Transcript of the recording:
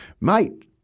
mate